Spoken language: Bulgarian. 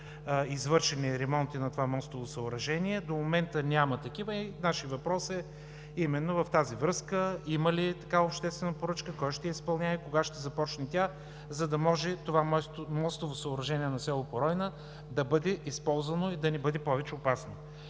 извършени ремонти на това мостово съоръжение. До момента няма такива и нашият въпрос е именно в тази връзка: има ли обществена поръчка, кой ще я изпълнява и кога ще започне тя, за да може това мостово съоръжение на село Поройна да бъде използвано и да не бъде повече опасно?